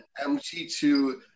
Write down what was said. MT2